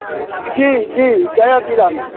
गया जिलामे छी जी जी गया जिलामे